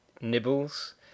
Nibbles